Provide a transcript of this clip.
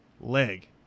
leg